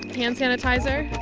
hand sanitizer.